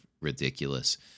ridiculous